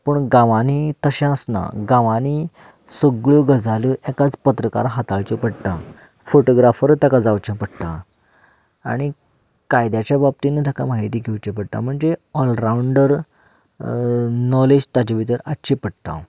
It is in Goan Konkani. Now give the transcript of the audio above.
पूण गांवांनी तशें आसना गांवांनी सगळ्यो गजाल्यो एकाच पत्रकार हाताळच्यो पडटा फोटोग्राफर ताका जावचें पडटा आनी कायद्याच्या बाबतीन ताका माहिती घेवची पडटा म्हणजे ऑल रावंडर नॉलेज ताजे भितर आसची पडटा